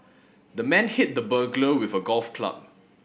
the man hit the burglar with a golf club